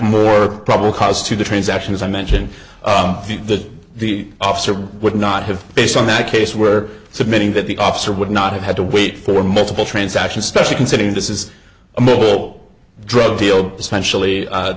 more probable cause to the transaction as i mentioned that the officer would not have based on that case where it's admitting that the officer would not have had to wait for multiple transactions especially considering this is a mobile drug deal essentially